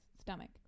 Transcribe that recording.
stomach